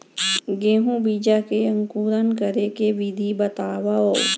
गेहूँ बीजा के अंकुरण करे के विधि बतावव?